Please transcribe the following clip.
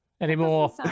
Anymore